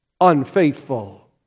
unfaithful